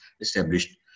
established